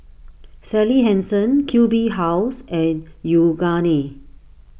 Sally Hansen Q B House and Yoogane